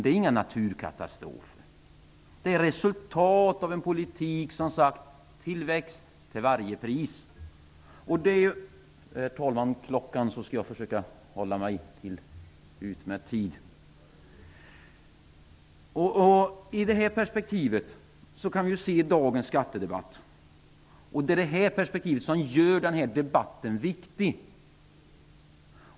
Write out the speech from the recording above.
Det är inte några naturkatastrofer utan resultatet av en politik där man har sagt: Tillväxt till varje pris. I detta perspektiv kan vi ju se dagens skattedebatt. Det är detta perspektiv som gör debatten viktig.